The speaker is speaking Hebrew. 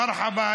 מרחבא,